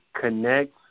connect